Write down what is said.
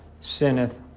sinneth